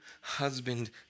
husband